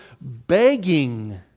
begging